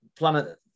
planet